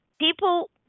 people